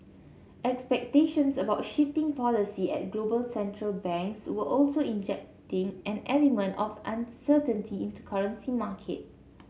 expectations about shifting policy at global central banks were also injecting an element of uncertainty into currency market